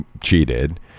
cheated